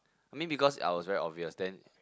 I mean because I was very obvious then